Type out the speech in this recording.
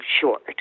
short